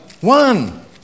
One